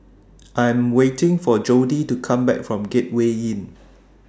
I Am waiting For Jody to Come Back from Gateway Inn